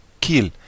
kill